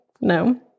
no